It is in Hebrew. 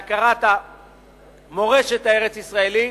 להכרת המורשת הארץ-ישראלית,